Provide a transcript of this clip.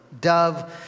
dove